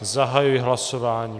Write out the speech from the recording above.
Zahajuji hlasování.